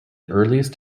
earliest